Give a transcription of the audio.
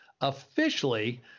Officially